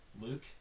luke